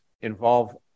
involve